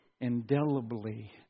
indelibly